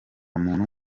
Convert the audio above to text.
muntu